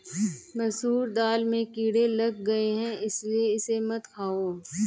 मसूर दाल में कीड़े लग गए है इसलिए इसे मत खाओ